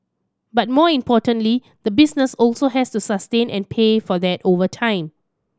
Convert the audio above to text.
but more importantly the business also has to sustain and pay for that over time